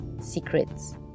secrets